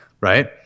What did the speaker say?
right